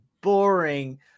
boring